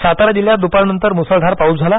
सातारा जिल्ह्यात दुपारनंतर मुसळधार पाऊस झाला